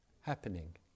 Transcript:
happening